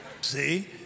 See